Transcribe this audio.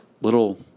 little